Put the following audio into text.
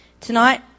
Tonight